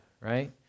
right